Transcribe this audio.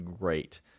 great